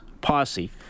Posse